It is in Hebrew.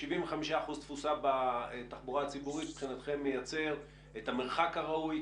75% תפוסה בתחבורה הציבורית מבחינתכם מייצר את המרחק הראוי,